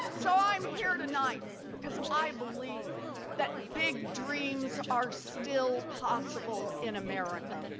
so i am here tonight's because i believe that big dreams are still possible in america.